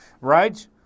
Right